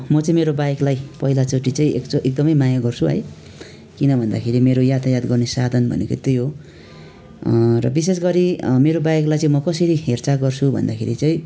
म चाहिँ मेरो बाइकलाई पहिलाचोटि चाहिँ एकचो एकदमै माया गर्छु है किन भन्दाखेरि मेरो यातायात गर्ने साधन भनेको त्यही हो र विशेष गरी मेरो बाइकलाई चाहिँ कसरी हेरचाह गर्छु भन्दाखेरि चाहिँ